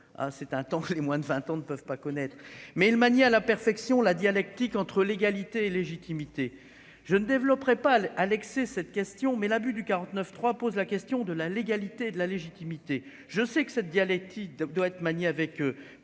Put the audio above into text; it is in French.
c'est un temps que les moins de 20 ans ne peuvent pas connaître mais il manie à la perfection la dialectique entre légalité et légitimité, je ne développerai pas à l'excès, cette question, mais l'abus du 49 3 pose la question de la légalité de la légitimité, je sais que cette dialectique doit être manié avec